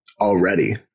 already